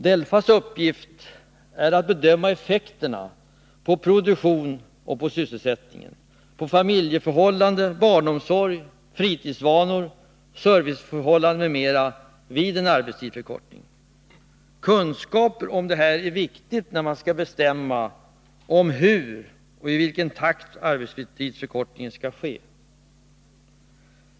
DELFA:s uppgift är att bedöma effekterna på produktionen och sysselsättningen, på familjeförhållanden, barnomsorg, fritidsvanor, serviceförhållanden m.m. vid en arbetstidsförkortning. Kunskaper om detta är viktigt när vi skall bestämma hur och i vilken takt arbetstidsförkortningen skall ske.